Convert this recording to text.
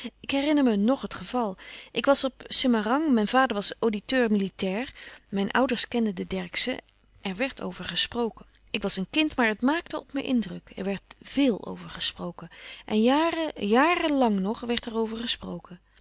ik herinner me ng het geval ik louis couperus van oude menschen de dingen die voorbij gaan was op semarang mijn vader was auditeur militair mijn ouders kenden de derckszen er werd over gesproken ik was een kind maar het maakte op me indruk er werd veél over gesproken en jaren jaren lang nog werd er over gesproken